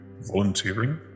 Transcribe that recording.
volunteering